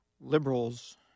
liberals